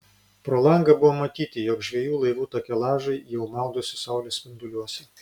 pro langą buvo matyti jog žvejų laivų takelažai jau maudosi saulės spinduliuose